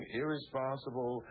irresponsible